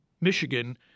Michigan